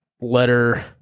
letter